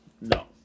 No